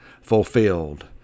fulfilled